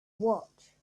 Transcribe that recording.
watch